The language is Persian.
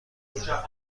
بگیرم